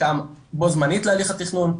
חלקם בו זמנית להליך התכנון,